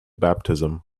baptism